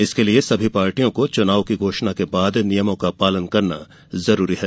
इसके लिए पार्टियों के लिए चुनाव की घोषणा के बाद नियमों का पालन करना जरूरी है